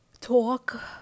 talk